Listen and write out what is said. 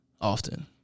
Often